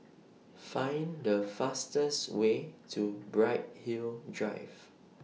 Find The fastest Way to Bright Hill Drive